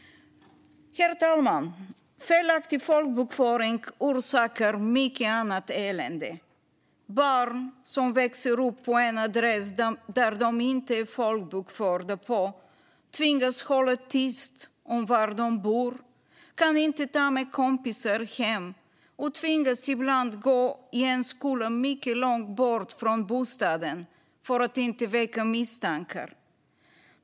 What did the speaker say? Herr talman! Felaktig folkbokföring orsakar mycket annat elände. Barn som växer upp på en adress de inte är folkbokförda på måste hålla tyst om var de bor, kan inte ta med kompisar hem och tvingas ibland gå i en skola mycket långt bort från bostaden för att inte väcka misstankar.